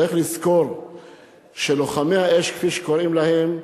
צריך לזכור שלוחמי האש, כפי שקוראים להם,